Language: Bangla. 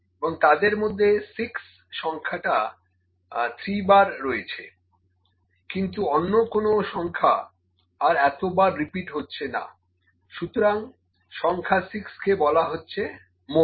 এবং তাদের মধ্যে 6 সংখ্যাটা 3 বার রয়েছে কিন্তু অন্য কোনো সংখ্যা আর এত বার রিপিট হচ্ছে না সুতরাং সংখ্যা 6 কে বলা হচ্ছে মোড